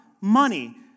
money